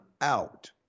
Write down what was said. out